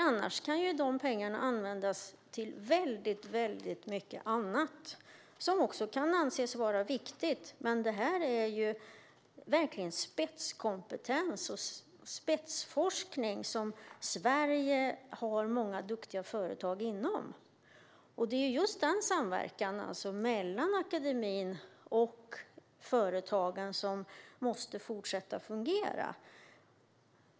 Annars kan de pengarna användas till väldigt mycket annat som också kan anses vara viktigt. Detta är verkligen spetskompetens och spetsforskning som Sverige har många duktiga företag inom. Det är just samverkan mellan akademin och företagen som måste fortsätta att fungera.